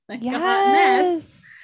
Yes